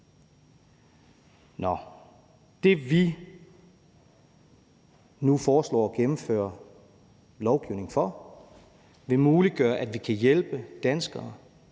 Nå, det, vi nu foreslår at gennemføre lovgivning om, vil muliggøre, at vi kan hjælpe danskere,